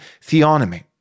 theonomy